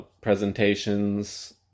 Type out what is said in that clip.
presentations